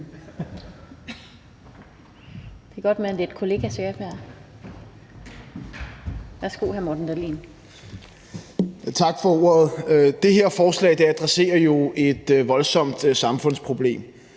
Det her forslag adresserer jo et voldsomt samfundsproblem,